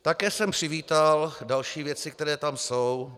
Také jsem přivítal další věci, které tam jsou.